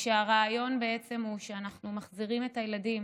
הרעיון בעצם הוא שאנחנו מחזירים את הילדים